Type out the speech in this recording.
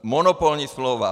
Monopolní smlouva.